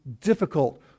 difficult